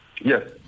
Yes